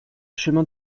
chemin